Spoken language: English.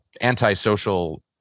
antisocial